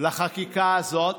לחקיקה הזאת,